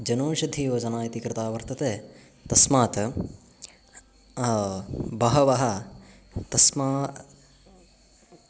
जनौषधियोजना इति कृता वर्तते तस्मात् बहवः तस्मा